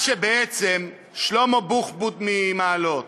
בעצם שלמה בוחבוט ממעלות